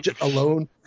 alone